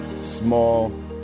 small